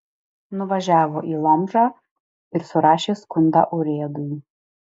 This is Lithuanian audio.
nuvažiavo į lomžą ir surašė skundą urėdui